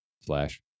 slash